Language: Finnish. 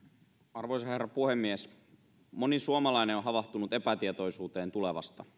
arvoisa herra puhemies moni suomalainen on havahtunut epätietoisuuteen tulevasta koronaviruksen